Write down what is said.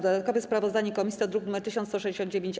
Dodatkowe sprawozdanie komisji to druk nr 1169-A.